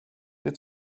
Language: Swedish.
det